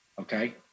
Okay